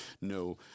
no